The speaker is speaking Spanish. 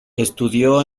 estudió